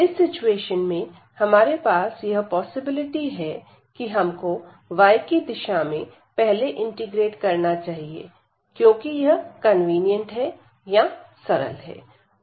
इस सिचुएशन में हमारे पास यह पॉसिबिलिटी है कि हमको y की दिशा में पहले इंटीग्रेट करना चाहिए क्योंकि यह कन्वीनियंट है या सरल है